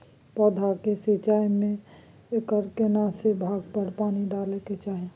पौधों की सिंचाई में एकर केना से भाग पर पानी डालय के चाही?